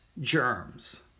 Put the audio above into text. germs